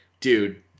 dude